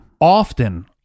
often